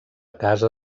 casa